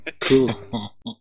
Cool